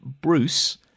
Bruce